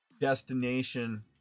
destination